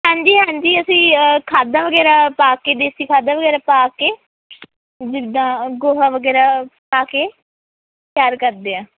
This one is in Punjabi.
ਹਾਂਜੀ ਹਾਂਜੀ ਅਸੀਂ ਖਾਦਾਂ ਵਗੈਰਾ ਪਾ ਕੇ ਦੇਸੀ ਖਾਦਾਂ ਵਗੈਰਾ ਪਾ ਕੇ ਜਿੱਦਾਂ ਗੋਹਾ ਵਗੈਰਾ ਪਾ ਕੇ ਤਿਆਰ ਕਰਦੇ ਹਾਂ